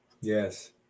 yes